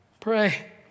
Pray